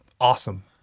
awesome